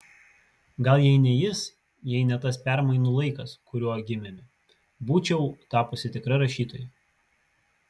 gal jei ne jis jei ne tas permainų laikas kuriuo gimėme būčiau tapusi tikra rašytoja